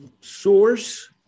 source